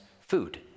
food